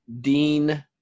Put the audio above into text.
Dean